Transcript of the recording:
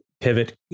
pivot